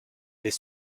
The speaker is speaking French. des